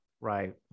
right